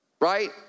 Right